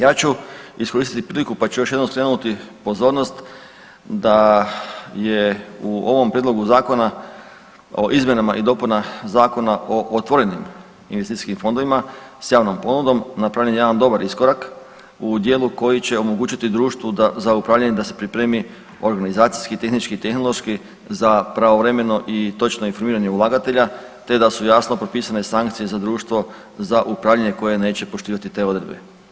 Ja ću iskoristiti priliku pa ću još jednom skrenuti pozornost da je u ovom Prijedlogu zakona o otvorenim investicijskim fondovima s javnom ponudom, napravljen je jedan dobar iskorak u dijelu koji će omogućiti društvu za upravljanje da se pripremi organizacijski, tehnički, tehnološki za pravovremeno i točno informiranje ulagatelja te da su jasno propisane sankcije za društvo za upravljanje koje neće poštivati te odredbe.